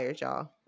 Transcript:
y'all